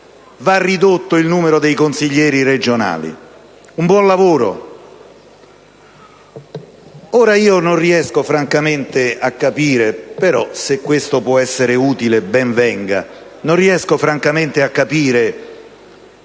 va ridotto il numero dei consiglieri regionali. Un buon lavoro.